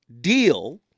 deal